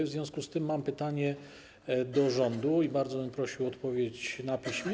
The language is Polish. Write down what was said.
W związku z tym mam pytanie do rządu i bardzo bym prosił o odpowiedź na piśmie.